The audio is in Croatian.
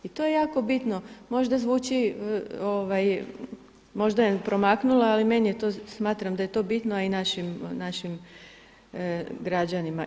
I to je jako bitno, možda zvuči možda je promaknulo ali meni je to smatram da je to bitno, a i našim građanima.